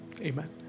Amen